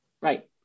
Right